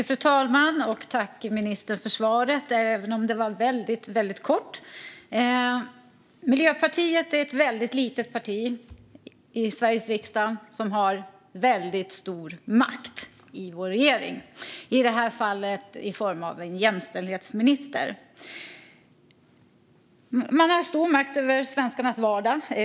Fru talman! Jag tackar ministern för svaret, även om det var väldigt kort. Miljöpartiet är ett litet parti i Sveriges riksdag med stor makt i vår regering - i det här fallet i form av en jämställdhetsminister. Miljöpartiet har stor makt över svenskarnas vardag.